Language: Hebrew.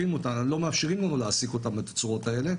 לנו יש את החוקים שלנו שלא מאפשרים לנו להעסיק אותם בתצורות האלה,